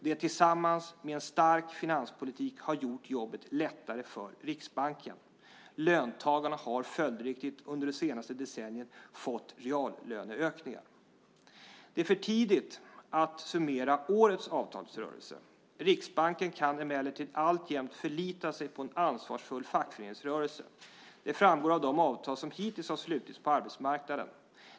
Detta tillsammans med en stark finanspolitik har gjort jobbet lättare för Riksbanken. Löntagarna har följdriktigt under det senaste decenniet fått reallöneökningar. Det är för tidigt att summera årets avtalsrörelse. Riksbanken kan emellertid alltjämt förlita sig på en ansvarsfull fackföreningsrörelse. Det framgår av de avtal som hittills har slutits på arbetsmarknaden.